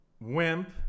Wimp